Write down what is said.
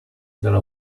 dalla